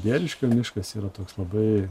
balbieriškio miškas yra toks labai